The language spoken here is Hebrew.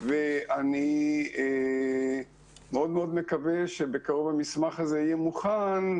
ואני מאוד מקווה שבקרוב המסמך הזה יהיה מוכן,